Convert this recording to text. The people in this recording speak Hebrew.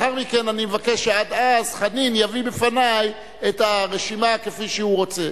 עד אז אני מבקש שחנין יביא בפני את הרשימה כפי שהוא רוצה.